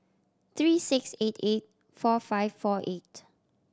three six eight eight four five four eight